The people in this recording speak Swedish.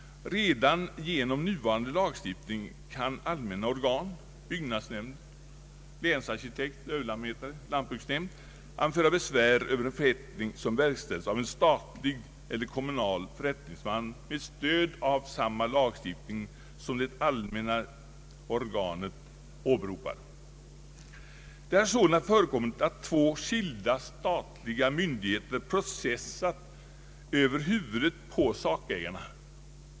Redan genom nuvarande lagstiftning kan allmänna organ — byggnadsnämnd, länsarkitekt, Ööverlantmätare, lantbruksnämnd — anföra besvär över en förrättning som verkställts av en statlig eller kommunal förrättningsman med stöd av samma lagstiftning som det allmänna organet åberopar. Det har sålunda förekommit att två skilda statliga myndigheter processat över huvudet på sakägarna.